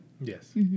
Yes